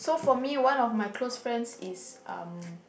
so for me one of close friends is um